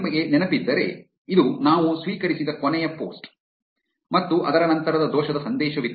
ನಿಮಗೆ ನೆನಪಿದ್ದರೆ ಇದು ನಾವು ಸ್ವೀಕರಿಸಿದ ಕೊನೆಯ ಪೋಸ್ಟ್ ಮತ್ತು ಅದರ ನಂತರ ದೋಷದ ಸಂದೇಶವಿತ್ತು